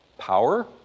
Power